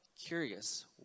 curious